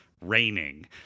raining